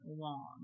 long